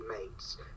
mates